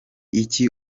iki